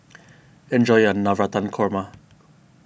enjoy your Navratan Korma